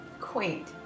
Quaint